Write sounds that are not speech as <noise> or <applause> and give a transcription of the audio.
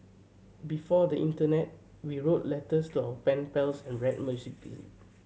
before the internet we wrote letters to our pen pals and read <unintelligible>